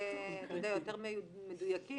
מדויקים